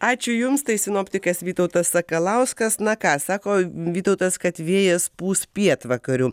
ačiū jums tai sinoptikas vytautas sakalauskas na ką sako vytautas kad vėjas pūs pietvakarių